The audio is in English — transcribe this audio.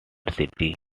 city